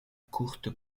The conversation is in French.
courte